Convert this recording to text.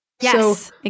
Yes